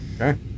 okay